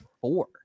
four